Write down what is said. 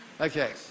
Okay